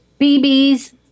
BBs